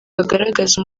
agaragaze